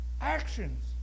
Actions